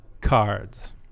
cards